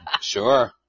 Sure